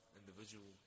individual